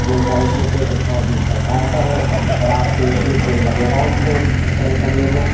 नहीं सर इसमें कोई डिस्काउंट नहीं चलता है सर और आपको एक दिन लगेगा उसको रिटर्न करने में